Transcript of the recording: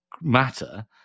matter